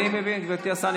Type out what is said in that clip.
תראי, אני מבין, גברתי השרה.